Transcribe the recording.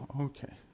okay